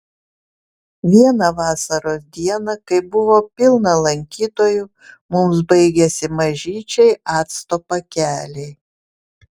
vieną vasaros dieną kai buvo pilna lankytojų mums baigėsi mažyčiai acto pakeliai